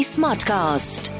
Smartcast